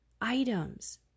items